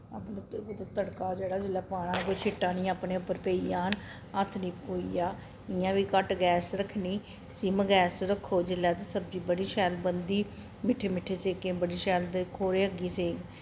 अपने उप्पर कुतै तड़का जेह्ड़ा जिसलै पाना कोई शिट्टा नेईं अपने पर पेई जान हत्थ निं फकोई जा इ'यां बी घट्ट गैस रक्खनी सिम गैस रक्खो जिसलै ते सब्जी बड़ी शैल बनदी मिट्ठे मिट्ठे सेकें बड़ी शैल ते खोए अग्गी सेक